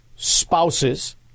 spouses